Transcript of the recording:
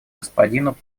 господину